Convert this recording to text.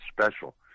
special